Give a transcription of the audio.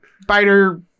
spider